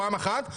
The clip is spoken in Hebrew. פעם אחת.